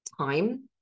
time